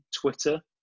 twitter